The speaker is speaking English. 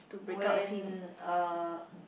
when uh